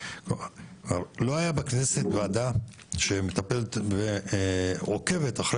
לא הייתה בכנסת ועדה שמטפלת ועוקבת אחרי